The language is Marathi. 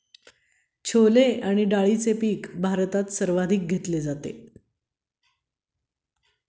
छोले आणि डाळीचे पीक भारतात सर्वाधिक घेतले जाते